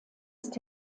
ist